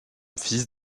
fils